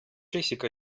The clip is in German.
jessica